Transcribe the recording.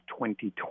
2020